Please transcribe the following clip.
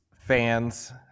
fans